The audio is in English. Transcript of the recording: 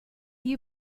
you